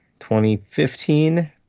2015